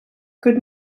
good